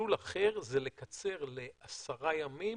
מסלול אחר זה לקצר לעשרה ימים,